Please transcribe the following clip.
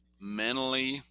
mentally